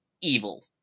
evil